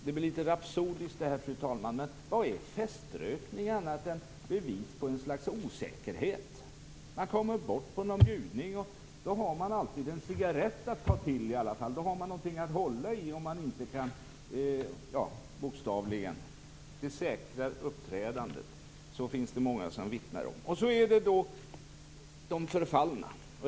Det blir litet rapsodiskt det här, fru talman, men vad är feströkning annat än ett bevis på ett slags osäkerhet. Man kommer bort på någon bjudning och då har man i alla fall alltid en cigarett att ta till. Då har man, bokstavligen, någonting att hålla i. Det säkrar uppträdandet. Det finns det många som vittnar om. Så är det då de förfallna.